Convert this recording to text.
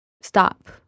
stop